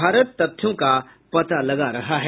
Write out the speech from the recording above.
भारत तथ्यों का पता लगा रहा है